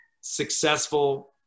successful